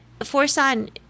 Forsan